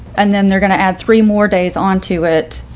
and then they're going to add three more days on to it.